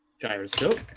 gyroscope